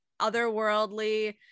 otherworldly